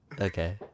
Okay